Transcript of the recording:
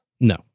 No